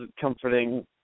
comforting